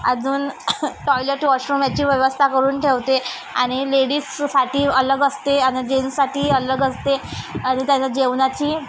अजून toilet washroom याची व्यवस्था करून ठेवते आणि लेडीजसाठी अलग असते आणि जेन्ट्ससाठी अलग असते आणि त्याच्यात जेवणाची